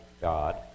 God